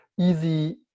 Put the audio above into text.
easy